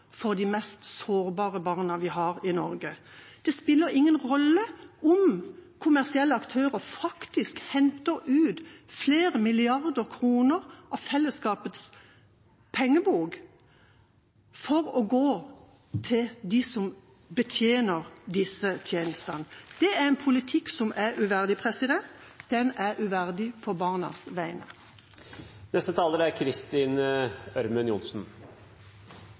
om kommersielle aktører faktisk henter ut flere milliarder kroner av fellesskapets pengebok – for å gå til dem som betjener disse tjenestene. Det er en politikk som er uverdig. Den er uverdig på barnas